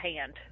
hand